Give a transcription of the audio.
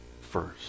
first